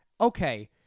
Okay